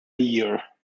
year